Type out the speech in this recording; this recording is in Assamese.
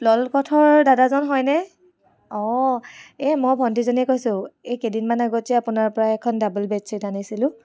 পল ক্লথৰ দাদাজন হয়নে অঁ এ মই ভন্টিজনীয়ে কৈছো এ কেইদিনমান আগত যে আপোনাৰ পৰা এখন ডাবল বেডশ্বীট আনিছিলোঁ